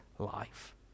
life